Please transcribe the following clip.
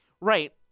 Right